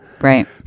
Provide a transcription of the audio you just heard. right